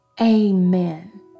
Amen